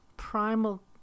primal